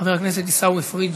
חבר הכנסת עיסאווי פריג'.